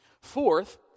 Fourth